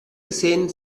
gesehen